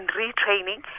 retraining